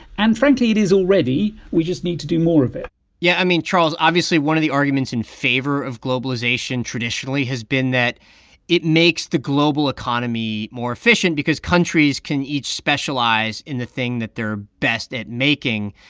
and frankly, it is already. we just need to do more of it yeah. i mean, charles, obviously, one of the arguments in favor of globalization traditionally has been that it makes the global economy more efficient because countries can each specialize in the thing that they're best at making.